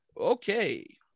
Okay